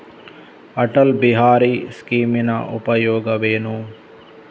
ಅಟಲ್ ಬಿಹಾರಿ ಸ್ಕೀಮಿನ ಉಪಯೋಗವೇನು?